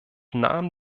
nahm